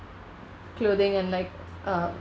clothing and like uh